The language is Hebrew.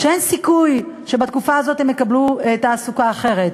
שאין סיכוי שבתקופה הזאת הם ישיגו תעסוקה אחרת,